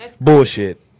Bullshit